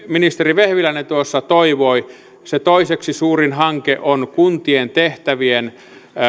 ministeri vehviläinen tuossa toivoi se toiseksi suurin hanke on kuntien tehtävien